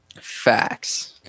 Facts